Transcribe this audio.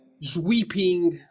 sweeping